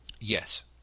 Yes